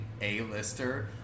A-lister